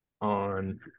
on